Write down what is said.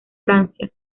francia